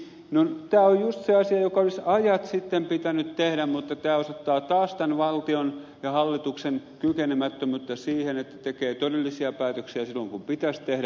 tämä on just se asia joka olisi ajat sitten pitänyt tehdä mutta tämä osoittaa taas tämän valtion ja hallituksen kykenemättömyyttä siihen että tekee todellisia päätöksiä silloin kun pitäisi tehdä